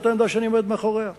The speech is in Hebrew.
זאת העמדה שאני עומד מאחוריה.